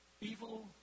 evil